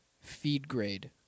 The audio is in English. feed-grade